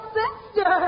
sister